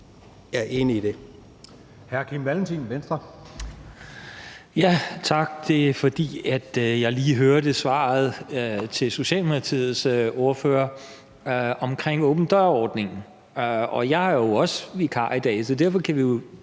Kim Valentin (V): Tak. Det er, fordi jeg lige hørte svaret til Socialdemokratiets ordfører om åben dør-ordningen. Jeg er jo også vikar i dag, så derfor kan vi i